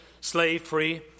slave-free